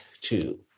two